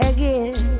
Again